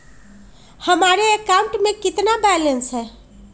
हमारे अकाउंट में कितना बैलेंस है?